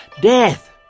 Death